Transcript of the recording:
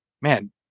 man